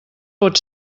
pot